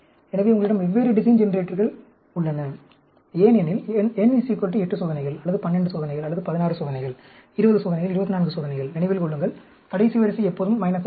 எனவே உங்களிடம் வெவ்வேறு டிசைன் ஜெனரேட்டர்கள் உள்ளன ஏனெனில் n 8 சோதனைகள் அல்லது 12 சோதனைகள் அல்லது 16 சோதனைகள் 20 சோதனைகள் 24 சோதனைகள் நினைவில் கொள்ளுங்கள் கடைசி வரிசை எப்போதும் மைனஸ் ஆக இருக்கும்